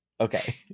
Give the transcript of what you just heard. Okay